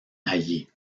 allí